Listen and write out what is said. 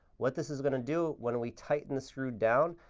what this is going to do, when we tighten the screw down,